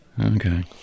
Okay